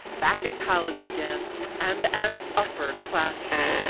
back at college again and an upper classman.